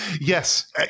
Yes